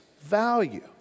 value